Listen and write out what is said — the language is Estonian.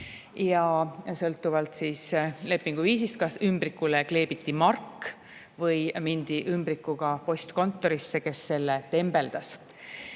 ja sõltuvalt lepingu viisist kas ümbrikule kleebiti mark või mindi ümbrikuga postkontorisse, kus see tembeldati.